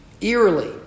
eerily